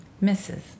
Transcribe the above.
misses